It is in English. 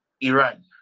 iran